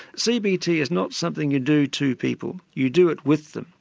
cbt is not something you do to people, you do it with them,